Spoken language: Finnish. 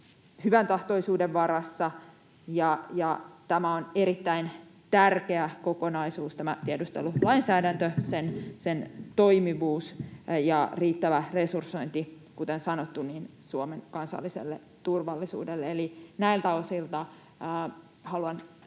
hyväntahtoisuuden varassa, ja kuten sanottu, tämä tiedustelulainsäädäntö, sen toimivuus ja riittävä resursointi, on erittäin tärkeä kokonaisuus Suomen kansalliselle turvallisuudelle. Eli näiltä osilta haluan